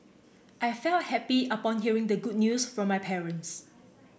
I felt happy upon hearing the good news from my parents